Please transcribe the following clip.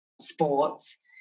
sports